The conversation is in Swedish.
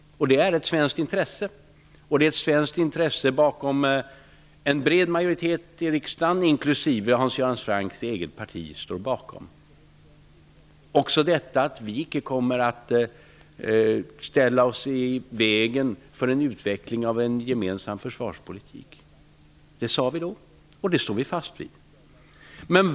Det är ett svenskt intresse, och en bred majoritet i riksdagen, inklusive Hans Göran Francks eget parti, står bakom det. Det gäller också detta att vi icke kommer att ställa oss i vägen för en utveckling av en gemensam försvarspolitik. Det sade vi då, och det står vi fast vid.